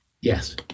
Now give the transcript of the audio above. Yes